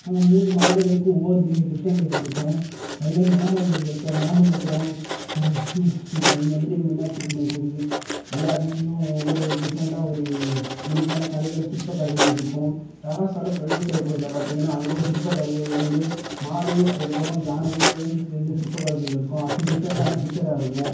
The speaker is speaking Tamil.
மூன்று மன்னர்களுக்கு ஒவ்வொரு இது டிஃப்ரெண்ட் இது இருக்கும் அதே மாரி மாமல்லபுரத்தை மாமல்லபுரம் மீனாட்சி தஞ்சை மதுரை மீனாட்சி அம்மன் கோயில் எல்லார் ஒவ்வொரு டிஃப்ரெண்டான ஒரு யுனிக்கான கலைகள் சிற்பக்கலைகள் இருக்கும் தாராசுர பிரகதீஸ்வரர் கோயிலை பார்த்திங்கன்னா அங்கே ஒரு சிற்பக்கலைகளில் வந்து மாடு அதுக்கப்புறம் யானையும் சேர்ந்து ரெண்டு சிற்பக்கலைகள் இருக்கும் அப்புறம் டிஃப்ரெண்டான பிச்சராக இருக்கும்